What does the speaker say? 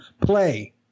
play